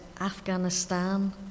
Afghanistan